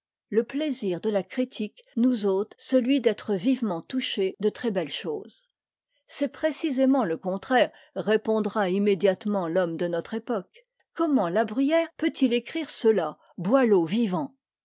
le plaisir de la critique nous ôte celui d'être vivement touchés de très belles choses c'est précisément le contraire répondra immédiatement l'homme de notre époque comment la bruyère peut-il écrire cela boileau vivant